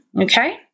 okay